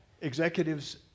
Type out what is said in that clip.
Executives